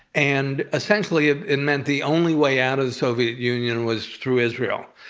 and essentially it meant the only way out of the soviet union was through israel.